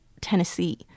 Tennessee